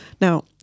Now